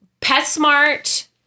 PetSmart